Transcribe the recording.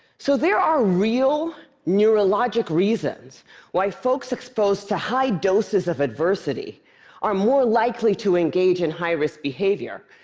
so there are real neurologic reasons why folks exposed to high doses of adversity are more likely to engage in high-risk behavior,